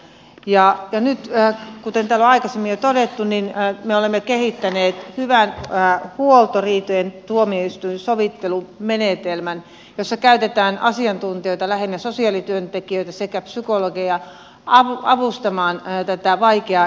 ja nyt kuten täällä on aikaisemmin jo todettu me olemme kehittäneet hyvän huoltoriitojen tuomioistuinsovittelumenetelmän jossa käytetään asiantuntijoita lähinnä sosiaalityöntekijöitä sekä psykologeja avustamaan tässä vaikeassa elämäntilanteessa